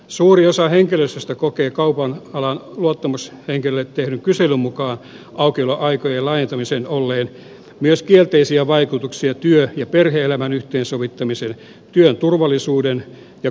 suuri osa henkilöstöstä kokee kaupan alan luottamushenkilöille tehdyn kyselyn mukaan aukioloaikojen laajentamisella olleen myös kielteisiä vaikutuksia työ ja perhe elämän yhteensovittamisen työn turvallisuuden ja kulkuyhteyksien näkökulmasta